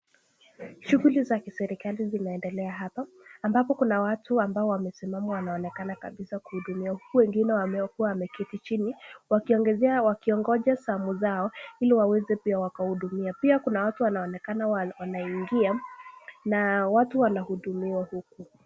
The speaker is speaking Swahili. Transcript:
Shughuli za kiserikali zinaendelea hapa ambapo kuna watu ambao wamesimama wanaonekana kabisa kuhudumiwa. Huku wengine wakiwa wameketi chini wakiongoja zamu zao ili waweze wakahudumiwa. Pia kuna watu ambao wanaingia na watu wanahudumiwa huku.